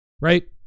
Right